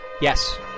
Yes